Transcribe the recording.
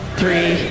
three